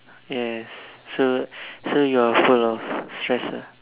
yes so so you're you're full of stress lah